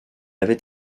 avait